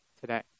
today